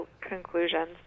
conclusions